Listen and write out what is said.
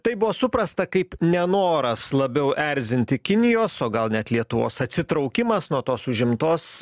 tai buvo suprasta kaip nenoras labiau erzinti kinijos o gal net lietuvos atsitraukimas nuo tos užimtos